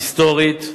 היסטורית.